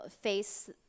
face